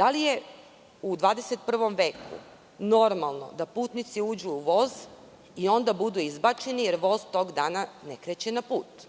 Da li je u 21. veku normalno da putnici uđu u voz i onda budu izbačeni jer voz tog dana ne kreće na put?